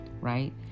Right